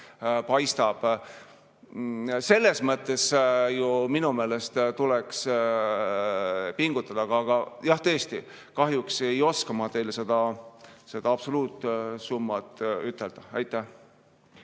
paistab. Selles mõttes minu meelest tuleks pingutada, aga tõesti kahjuks ei oska ma teile seda absoluutsummat ütelda. Aitäh!